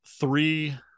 three